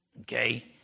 Okay